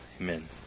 Amen